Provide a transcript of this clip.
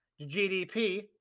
GDP